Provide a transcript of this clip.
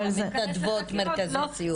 מתנדבות מרכזי סיוע.